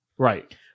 Right